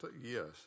Yes